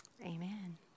Amen